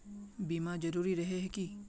बीमा जरूरी रहे है की?